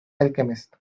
alchemist